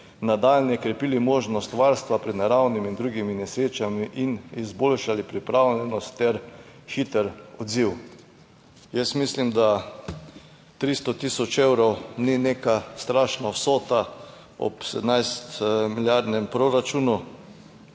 nadalje krepili možnost varstva pred naravnimi in drugimi nesrečami in izboljšali pripravljenost ter hiter odziv. Jaz mislim, da 300000 evrov ni neka strašna vsota ob 17 milijardnem proračunu.